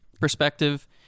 perspective